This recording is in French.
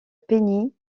peignit